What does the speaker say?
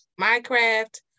Minecraft